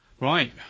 Right